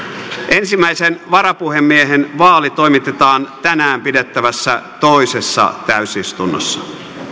ensimmäisen varapuhemiehen vaali toimitetaan tänään pidettävässä toisessa täysistunnossa